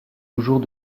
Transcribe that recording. toujours